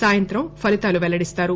సాయంత్రం ఫలితాలు వెల్లడిస్తారు